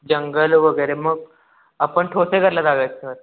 जंगल वगैरे मग आपण ठोसेघरला जाऊया सर